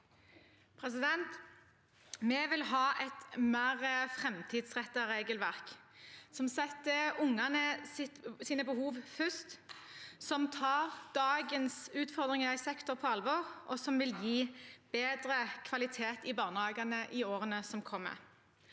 Vi vil ha et mer framtidsrettet regelverk, som setter ungenes behov først, som tar dagens utfordringer i sektoren på alvor, og som vil gi bedre kvalitet i barnehagene i årene som kommer.